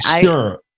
Sure